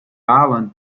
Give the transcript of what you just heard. island